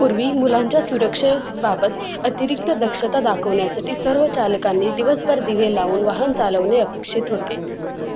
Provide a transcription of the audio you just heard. पूर्वी मुलांच्या सुरक्षेबाबत अतिरिक्त दक्षता दाखवण्यासाटी सर्व चालकांनी दिवसभर दिवे लावून वाहन चालवणे अपेक्षित होते